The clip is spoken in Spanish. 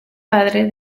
padre